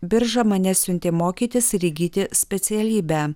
birža mane siuntė mokytis ir įgyti specialybę